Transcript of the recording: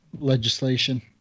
legislation